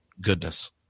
goodness